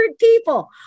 people